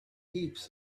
heaps